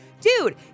dude